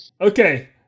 Okay